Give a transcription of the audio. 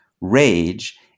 rage